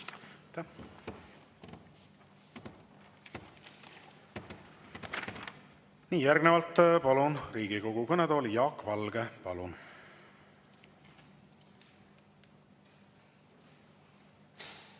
Nii. Järgnevalt palun Riigikogu kõnetooli Jaak Valge. Palun!